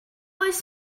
oes